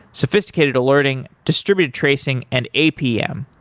sophisticated alerting, distributed tracing and apm.